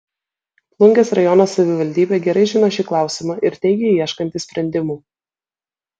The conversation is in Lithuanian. plungės rajono savivaldybė gerai žino šį klausimą ir teigia ieškanti sprendimų